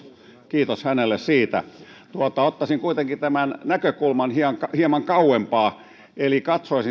kiitos hänelle siitä ottaisin kuitenkin näkökulman hieman kauempaa eli katsoisin tätä yleensä maailman